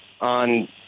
on